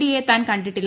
ഡിയെ താൻ കണ്ടിട്ടില്ല